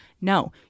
No